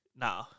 No